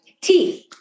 teeth